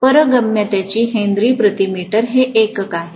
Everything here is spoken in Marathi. तर पारगम्यतेचे हेनरी प्रति मीटर हे एकक आहे